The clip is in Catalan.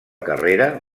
carrera